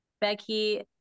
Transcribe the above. Becky